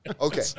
okay